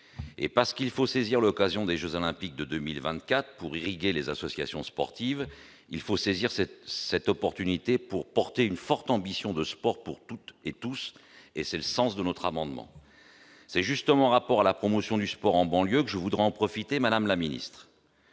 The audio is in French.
et parce qu'il faut saisir l'occasion des Jeux olympiques de 2024 pour irriguer les associations sportives, il faut saisir cette cette opportunité pour porter une forte ambition de sport pour toutes et tous et c'est le sens de notre amendement c'est justement, rapport à la promotion du sport en banlieue que je voudrais en profiter, Madame la Ministre